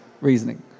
reasoning